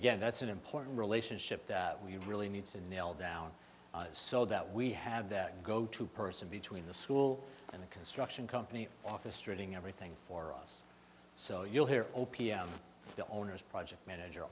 again that's an important relationship that we really need to nail down so that we have that go to person between the school and the construction company office treating everything for us so you'll hear o p m the owner's project manager